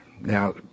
Now